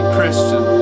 Christian